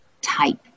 type